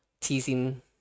teasing